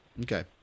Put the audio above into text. Okay